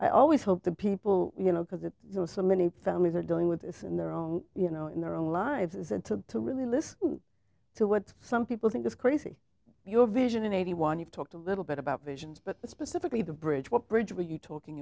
i always hope the people you know because it you know so many families are doing with this in their own you know in their own lives and to to really listen to what some people think of crazy your vision in eighty one you talked a little bit about visions but specifically the bridge what bridge were you talking